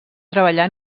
treballar